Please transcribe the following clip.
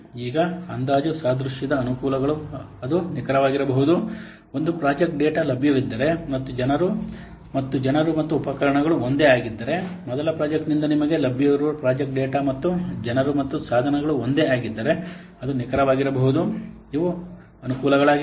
ಈಗ ಅಂದಾಜು ಸಾದೃಶ್ಯದ ಅನುಕೂಲಗಳು ಅದು ನಿಖರವಾಗಿರಬಹುದು ಒಂದು ಪ್ರಾಜೆಕ್ಟ್ ಡೇಟಾ ಲಭ್ಯವಿದ್ದರೆ ಮತ್ತು ಜನರು ಮತ್ತು ಜನರು ಮತ್ತು ಉಪಕರಣಗಳು ಒಂದೇ ಆಗಿದ್ದರೆ ಮೊದಲ ಪ್ರಾಜೆಕ್ಟ್ನಿಂದ ನಿಮಗೆ ಲಭ್ಯವಿರುವ ಪ್ರಾಜೆಕ್ಟ್ ಡೇಟಾ ಮತ್ತು ಜನರು ಮತ್ತು ಸಾಧನಗಳು ಒಂದೇ ಆಗಿದ್ದರೆ ಅದು ನಿಖರವಾಗಿರಬಹುದು ಇವು ಅನುಕೂಲಗಳಾಗಿವೆ